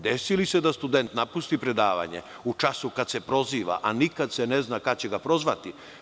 Desi li se da student napusti predavanje u času kad se proziva, a nikad se ne zna kad će ga prozvati?